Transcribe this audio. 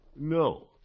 no